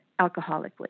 alcoholically